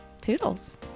Toodles